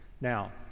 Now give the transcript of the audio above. Now